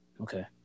Okay